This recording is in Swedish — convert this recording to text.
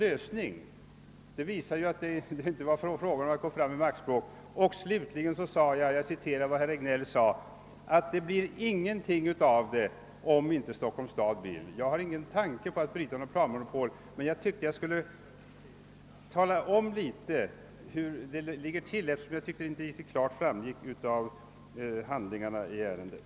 lösning. Det visar ju att det inte är fråga om :ått gå fram med maktspråk. Slutligen sade jag, varvid jag citerade ett uttalande av herr: Regnéll, att det inte blir något av säken, om inte Stockholms stad vill. : Jag har ingen tanke på att bryta något: planmonopol. Men jag tyckte, att jag:skulle tala om litet hur det ligger till, eftersom jag anser att det inte klart frånrgår av handlingarna i ärendet.